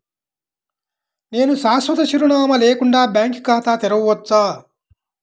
నేను శాశ్వత చిరునామా లేకుండా బ్యాంక్ ఖాతా తెరవచ్చా?